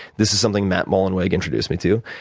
this is something matt mullenweg introduced me to.